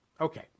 Okay